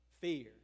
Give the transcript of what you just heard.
fear